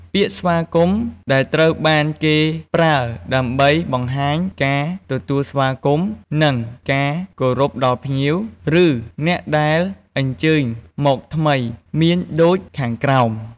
ពាក្យស្វាគមន៍ ដែលត្រូវបានគេប្រើដើម្បីបង្ហាញការទទួលស្វាគមន៍ និងការគោរពដល់ភ្ញៀវ ឬអ្នកដែលអញ្ជើញមកថ្មី មានដូចខាងក្រោម។